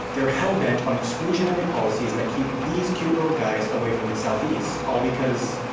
they're hell-bent on exclusionary policies that keep these cute little guys away from the south-east all because,